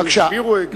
בבקשה.